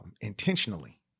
intentionally